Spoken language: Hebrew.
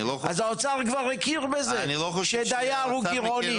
האוצר כבר הכיר בזה שדייר הוא גירעוני.